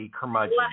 curmudgeon